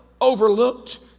overlooked